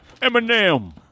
Eminem